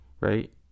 Right